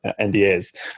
NDAs